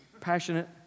passionate